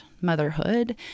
motherhood